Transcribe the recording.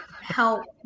help